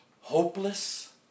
hopeless